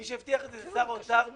מי שהבטיח את זה זה שר האוצר החדש,